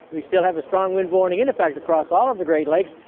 we still have a strong wind warning in effect across all of the great lakes.